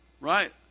Right